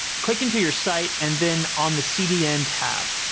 click into your site and then on the cdn tab.